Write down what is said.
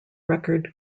record